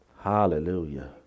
Hallelujah